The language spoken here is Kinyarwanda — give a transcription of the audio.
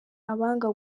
abanga